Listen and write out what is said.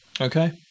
Okay